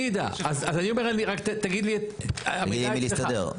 אני אדע, אני אומר שיגיד לי, המידע אצלו.